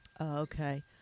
Okay